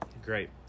Great